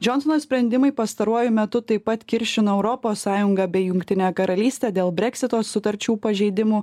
džionsono sprendimai pastaruoju metu taip pat kiršina europos sąjungą bei jungtinę karalystę dėl breksito sutarčių pažeidimų